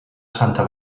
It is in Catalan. santa